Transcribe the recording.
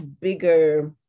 bigger